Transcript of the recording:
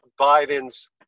Biden's